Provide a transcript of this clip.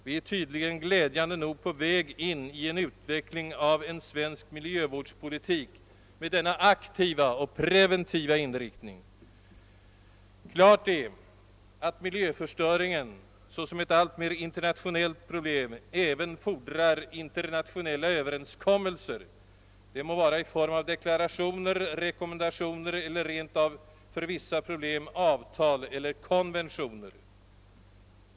Vi är tydligen, glädjande nog, på väg mot en utveckling av en svensk miljövårdspolitik med denna aktiva och preven Klart är att miljöförstöringen såsom ett alltmer internationellt problem även fordrar internationella överenskommelser, det må vara i form av deklarationer, rekommendationer eller rent av — för vissa problem — artiklar eller konventioner.